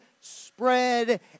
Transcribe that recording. spread